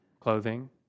clothing